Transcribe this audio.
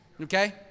okay